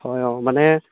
হয় অঁ মানে